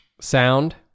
sound